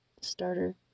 starter